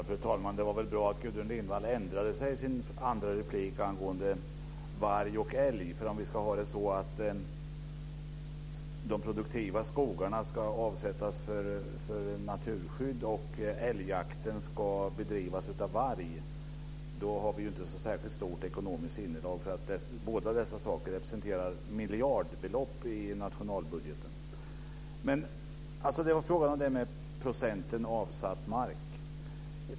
Fru talman! Det var bra att Gudrun Lindvall ändrade sig i sin andra replik angående varg och älg. Om vi skulle ha det så att de produktiva skogarna ska avsättas för naturskydd och älgjakten ska bedrivas av varg, då har vi inte så särskilt stort ekonomiskt sinnelag. Båda dessa saker representerar miljardbelopp i nationalbudgeten. Frågan var om procenten avsatt mark.